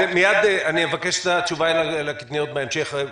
אבקש את התשובה על הקטניות בהמשך.